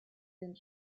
den